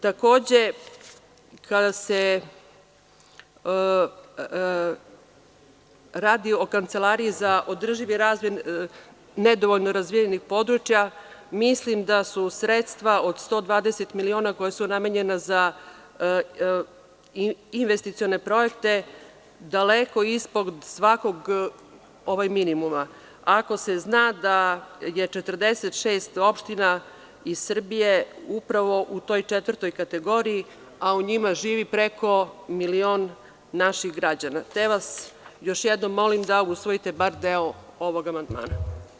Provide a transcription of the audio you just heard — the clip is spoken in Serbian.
Takođe, kada se radi o Kancelariji za održivi razvoj nedovoljno razvijenih područja, mislim da su sredstva od 120 miliona, koja su namenjena za investicione projekte, daleko ispod svakog minimuma ako se zna da je 46 opština iz Srbije upravo u toj četvrtoj kategoriji, a u njima živi preko milion naših građana, te vas još jednom molim da usvojite bar deo ovog amandmana.